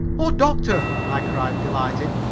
oh, doctor, i cried, delighted,